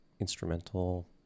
instrumental